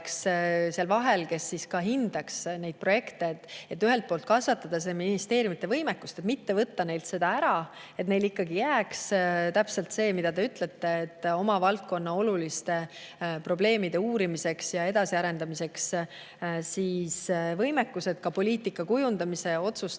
seal vahel oleks ETAG, kes hindaks neid projekte, et ühelt poolt kasvatada ministeeriumide võimekust ja mitte võtta neilt seda ära, et neil ikkagi jääks täpselt see, mida te ütlete, võimekus oma valdkonna oluliste probleemide uurimiseks ja edasiarendamiseks, ka poliitika kujundamise otsuste